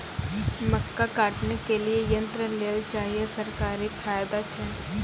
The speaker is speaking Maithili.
मक्का काटने के लिए यंत्र लेल चाहिए सरकारी फायदा छ?